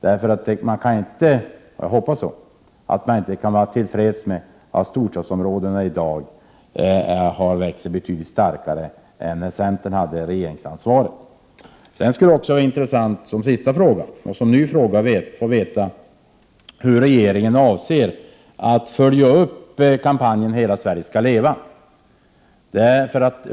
Regeringen kan inte, hoppas jag, vara till freds med att storstadsområdena i dag växer betydligt snabbare än när centern hade regeringsansvaret. Det skulle också vara intressant att få veta — vilket är en ny fråga — hur regeringen avser att följa upp kampanjen Hela Sverige ska leva.